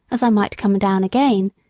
as i might come down again,